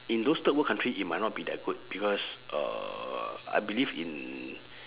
in those third world country it might not be that good because uh I believe in